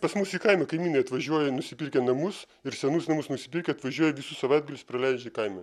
pas mus į kaimą kaimynai atvažiuoja nusipirkę namus ir senus namus nusipirkę atvažiuoja visus savaitgalius praleidžia kaime